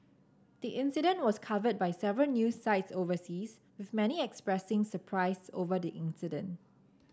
the incident was covered by several news sites overseas with many expressing surprise over the incident